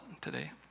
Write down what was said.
today